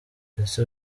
ese